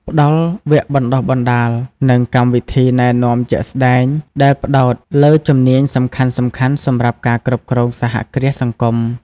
ផ្តល់វគ្គបណ្តុះបណ្តាល និងកម្មវិធីណែនាំជាក់ស្តែង ដែលផ្តោតលើជំនាញសំខាន់ៗសម្រាប់ការគ្រប់គ្រងសហគ្រាសសង្គម ។